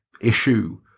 issue